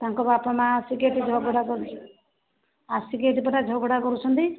ତାଙ୍କ ବାପ ମା' ଆସିକି ଏଠି ଝଗଡ଼ା କରୁଛନ୍ତି ଆସିକି ଏଇଠି ପରା ଝଗଡ଼ା କରୁଛନ୍ତି